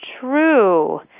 true